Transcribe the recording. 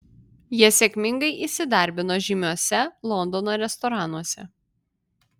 jie sėkmingai įsidarbino žymiuose londono restoranuose